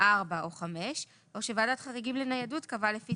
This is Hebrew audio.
(4) או (5) או שוועדת החריגים לניידות קבעה לפי